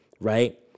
right